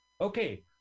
Okay